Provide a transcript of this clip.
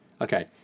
okay